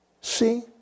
See